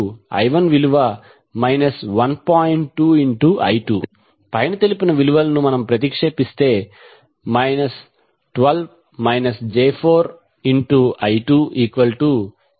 2I2 పైన తెలిపిన విలువలను ప్రతిక్షేపిస్తే 12 j14I260∠30°⇒I23